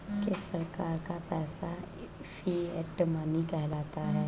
किस प्रकार का पैसा फिएट मनी कहलाता है?